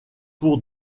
pour